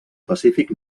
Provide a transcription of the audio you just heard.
pacífic